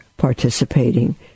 participating